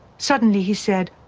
suddenly he said,